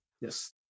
Yes